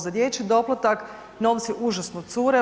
Za dječji doplatak novci užasno cure.